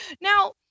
Now